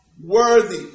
worthy